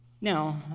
Now